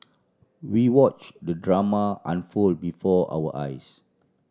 we watch the drama unfold before our eyes